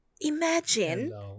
Imagine